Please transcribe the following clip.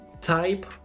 type